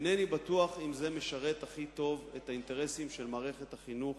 אינני בטוח שזה משרת הכי טוב את האינטרסים של מערכת החינוך